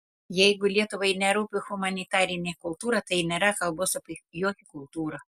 jeigu lietuvai nerūpi humanitarinė kultūra tai nėra kalbos apie jokią kultūrą